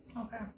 Okay